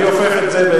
אני הופך את זה.